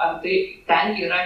ar tai ten yra